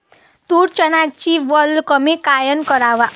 तूर, चन्याची वल कमी कायनं कराव?